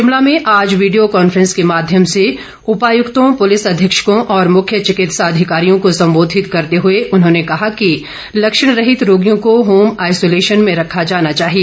शिमला में आज video conference के माध्यम से उपायुक्तों पूलिस अधीक्षकों और मुख्य चिकित्सा अधिकारियों को संबोधित करते हुए उन्होंने कहा कि लक्षण रहित रोगियों को होम आईसोलेशन में रखा जाना चाहिए